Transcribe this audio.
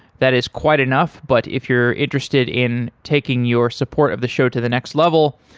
that is quite enough, but if you're interested in taking your support of the show to the next level,